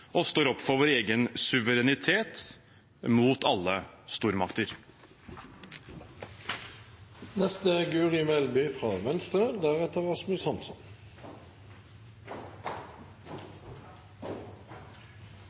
og står opp for vår egen suverenitet mot alle